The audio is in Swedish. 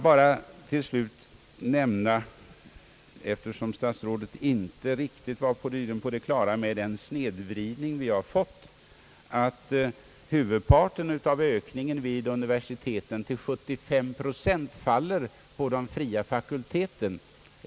Statsrådet var tydligen inte riktigt på det klara med den snedvridning som skett. Jag vill då bara nämna att 75 procent av den ökade tillströmningen till universiteten faller på den fria fakulteten.